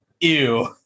ew